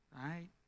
right